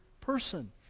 person